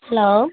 hello